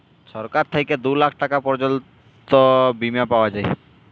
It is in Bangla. ছরকার থ্যাইকে দু লাখ টাকা পর্যল্ত বীমা পাউয়া যায়